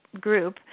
group